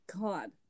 God